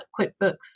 QuickBooks